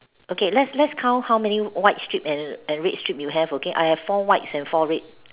okay let's let's count how many white strips and red strips we have okay I have four whites and four red